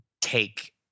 take